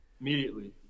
Immediately